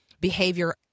behavior